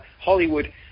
hollywood